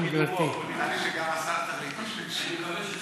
שזה לא יעלה לו בקידומו.